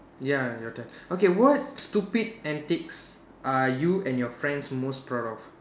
ya your turn okay what stupid antics are you and your friends most proud of